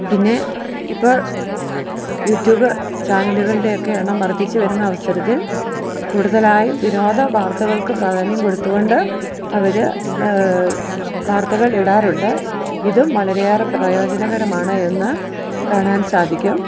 പിന്നെ ഇപ്പോൾ യൂട്യൂബ് ചാനലുകളുടെയൊക്കെ എണ്ണം വർദ്ധിച്ചു വരുന്ന അവസരത്തിൽ കൂടുതലായും വിനോദ വാർത്തകൾക്ക് പ്രാധാന്യം കൊടുത്തു കൊണ്ട് അവർ വാർത്തകൾ ഇടാറുണ്ട് ഇതും വളരെയേറെ പ്രയോജനകരമാണ് എന്നു കാണാൻ സാധിക്കും